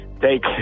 take